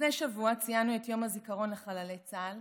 לפני שבוע ציינו את יום הזיכרון לחללי צה"ל,